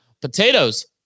Potatoes